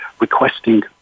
requesting